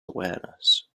awareness